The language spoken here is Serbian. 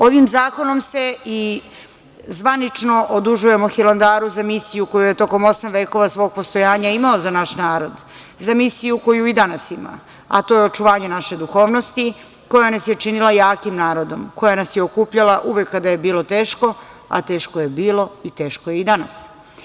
Ovim zakonom se i zvanično odužujemo Hilandaru za misiju koja je tokom 8. vekova svog postojanja imao za naš narod, za misiju koju i danas ima, a to je očuvanje naše duhovnosti koja nas je činila jakim narodom, koja nas je okupljala uvek kada je bilo teško, a teško je bilo i teško je i danas.